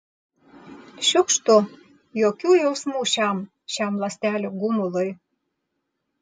šiukštu jokių jausmų šiam šiam ląstelių gumului